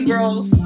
girls